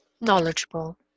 Knowledgeable